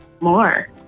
more